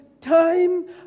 time